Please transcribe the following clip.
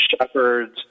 shepherds